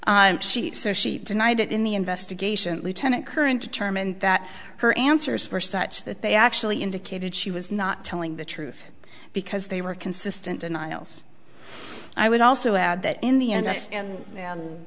recall she so she denied it in the investigation lieutenant current determined that her answers were such that they actually indicated she was not telling the truth because they were consistent denials i would also add that in the end and can